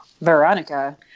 Veronica